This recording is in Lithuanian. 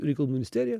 reikalų ministeriją